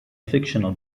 fictional